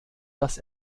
dass